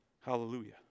Hallelujah